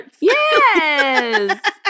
Yes